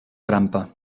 trampa